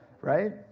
Right